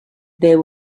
there